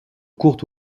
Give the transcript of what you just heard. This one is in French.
courte